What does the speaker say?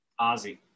Ozzy